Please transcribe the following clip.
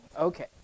Okay